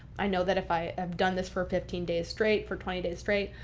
i know that if i have done this for fifteen days straight for twenty days straight,